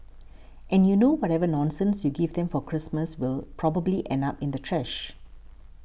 and you know whatever nonsense you give them for Christmas will probably end up in the trash